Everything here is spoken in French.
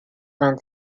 vingt